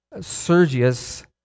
Sergius